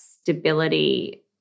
stability